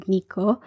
Nico